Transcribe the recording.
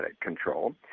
control